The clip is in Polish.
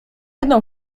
jedną